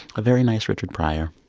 a very nice richard pryor